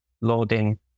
loading